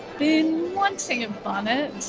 been wanting a bonnet